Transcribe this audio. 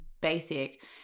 basic